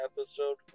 episode